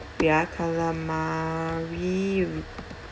ya calamari